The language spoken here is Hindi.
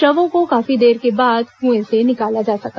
शवों को काफी देर के बाद कुंए से निकाला जा सका